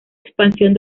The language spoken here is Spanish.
expansión